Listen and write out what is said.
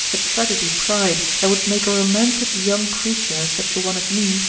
a tragedy-pride, that would make a romantic young creature, such a one as me,